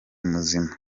muzima